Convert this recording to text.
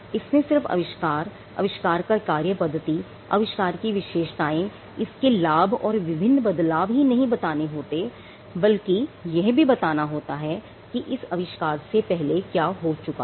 इसमें सिर्फ अविष्कार अविष्कार की कार्य पद्धति अविष्कार की विशेषताएं इसके लाभ और विभिन्न बदलाव ही नहीं बताने होते बल्कि यह भी बताना होता है कि इस अविष्कार से पहले क्या हो चुका है